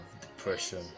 depression